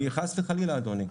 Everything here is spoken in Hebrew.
חס וחלילה אדוני.